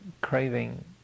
craving